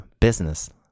business